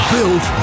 Built